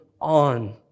on